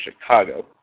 Chicago